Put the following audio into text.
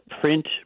print